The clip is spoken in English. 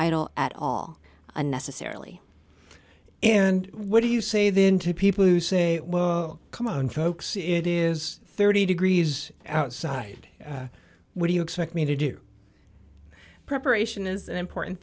idle at all unnecessarily and what do you say then to people who say oh come on folks it is thirty degrees outside what do you expect me to do preparation is an important